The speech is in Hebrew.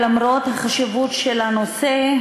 למרות החשיבות של הנושא,